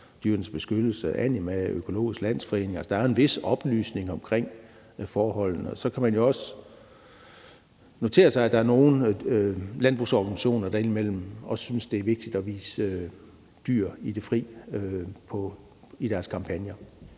Dyrenes Beskyttelse, Anima og Økologisk Landsforening. Der er en vis oplysning om forholdene. Og så kan man også notere sig, at der er nogle landbrugsorganisationer, der indimellem synes, at det også er vigtigt at vise dyr i det fri i deres kampagner.